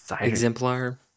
exemplar